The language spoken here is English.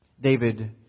David